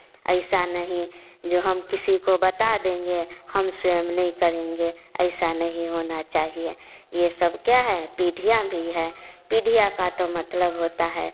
ऐसा नहीं जो हम किसी को बता देंगे हम स्वयं नहीं करेंगे ऐसा नहीं होना चाहिए यह सब क्या है पीढ़ियाँ भी है पीढ़ियाँ का तो मतलब होता है